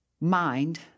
mind